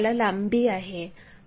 चला सुरू करूया